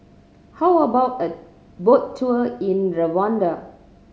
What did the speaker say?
how about a boat tour in Rwanda